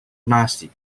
nazi